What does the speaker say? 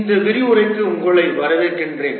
இந்த விரிவுரைக்கு உங்களை வரவேற்கிறேன்